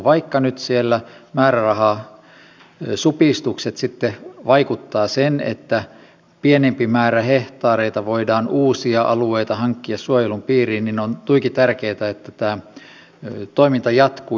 vaikka nyt siellä määrärahasupistukset vaikuttavat sen että pienempi määrä hehtaareita voidaan uusia alueita hankkia suojelun piiriin niin on tuiki tärkeätä että tämä toiminta jatkuu